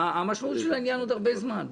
המשמעות של העניין היא עוד הרבה זמן,